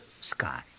sky